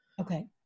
Okay